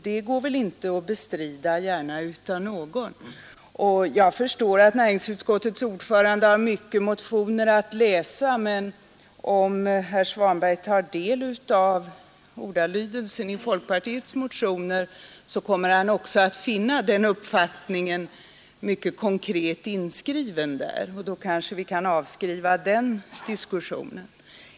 Det kan väl inte gärna bestridas av någon. Jag förstår att näringsutskottets ordförande har många motioner att läsa, men om herr Svanberg tar del av ordalydelsen i folkpartiets motioner, så kommer han också att finna den uppfattningen mycket konkret inskriven där Då kanske vi kan avskriva den diskussionen.